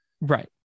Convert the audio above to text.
right